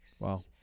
Wow